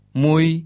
mui